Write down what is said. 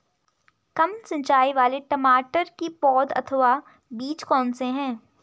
कम सिंचाई वाले टमाटर की पौध अथवा बीज कौन से हैं?